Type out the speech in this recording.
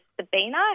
Sabina